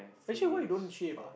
actually why you don't shave ah